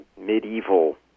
medieval